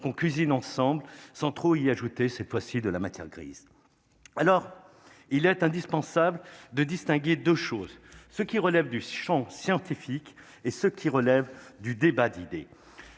qu'on cuisine ensemble sans trop il y ajouter cette fois-ci de la matière grise, alors il est indispensable de distinguer 2 choses, ce qui relève du Champ scientifique et ce qui relève du débat d'idées,